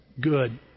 good